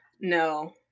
no